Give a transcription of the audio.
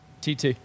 TT